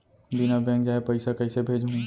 बिना बैंक जाये पइसा कइसे भेजहूँ?